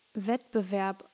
Wettbewerb